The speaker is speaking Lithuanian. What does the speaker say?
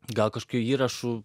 gal kažkokių įrašų